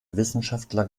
wissenschaftler